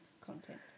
content